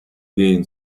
gain